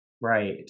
right